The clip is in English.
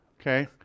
Okay